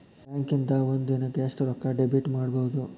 ಬ್ಯಾಂಕಿಂದಾ ಒಂದಿನಕ್ಕ ಎಷ್ಟ್ ರೊಕ್ಕಾ ಡೆಬಿಟ್ ಮಾಡ್ಕೊಬಹುದು?